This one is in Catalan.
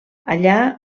allà